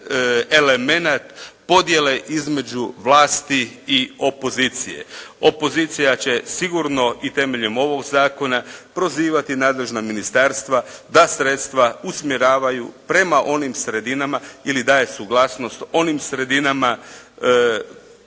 elemenat podjele između vlasti i opozicije. Opozicija će sigurno i temeljem ovog zakona prozivati nadležna ministarstva da sredstva usmjeravaju prema onim sredinama, ili daje suglasnost onim sredinama